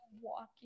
walking-